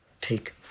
take